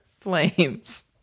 flames